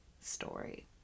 story